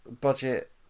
budget